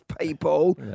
people